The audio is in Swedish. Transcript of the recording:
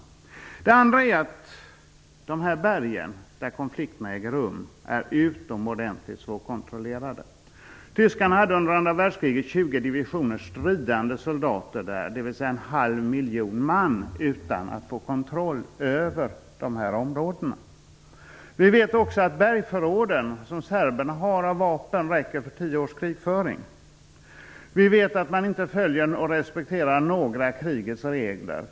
För det andra är de berg där konflikterna äger rum utomordentligt svårkontrollerade. Tyskarna hade under andra världskriget 20 divisioner stridande soldater där, dvs. en halv miljon man, utan att få kontroll över dessa områden. Vi vet också att serbernas bergsförråd av vapen räcker till tio års krigföring. Vi vet att man inte följer och inte respekterar några av krigets regler.